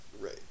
Right